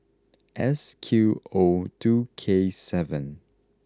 S Q O two K seven